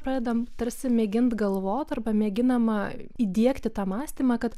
pradedam tarsi mėgint galvot arba mėginama įdiegti tą mąstymą kad